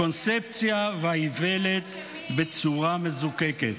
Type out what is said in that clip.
הקונספציה והאיוולת בצורה מזוקקת.